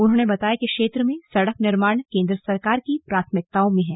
उन्होंने बताया कि क्षेत्र में सड़क निर्माण केंद्र सरकार की प्राथमिकताओं में है